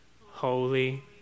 Holy